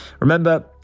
Remember